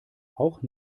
auch